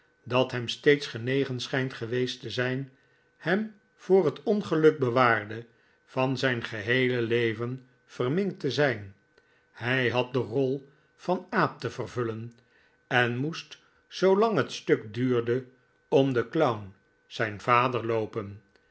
dat hem steeds genegen schijnt geweest te zijn hem voor het ongeluk bewaarde van zijn geheele leven verminkt te zijn hij had de rol van aap te vervullen en moest zoolang het stuk duurde om den clown zijn vader loopen